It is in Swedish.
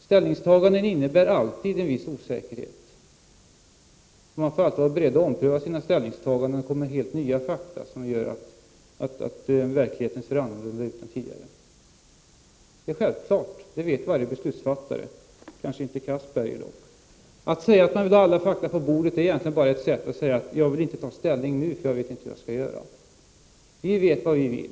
Ställningstaganden medför alltid en viss osäkerhet. Man får hela tiden vara beredd att ompröva sina ställningstaganden när det kommer helt nya fakta som gör att verkligheten ser annorlunda ut än tidigare. Detta vet dock varje beslutsfattare, dock kanske inte Anders Castberger. Att säga att man vill ha alla fakta på bordet är egentligen ett sätt att säga att man inte vill ta ställning nu, eftersom man inte vet hur man skall göra. Vi vet vad vi vill.